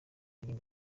ibindi